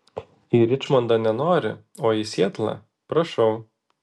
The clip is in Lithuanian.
į ričmondą nenori o į sietlą prašau